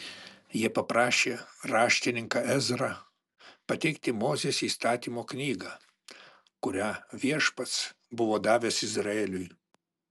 jie paprašė raštininką ezrą pateikti mozės įstatymo knygą kurią viešpats buvo davęs izraeliui